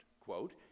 Quote